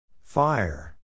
Fire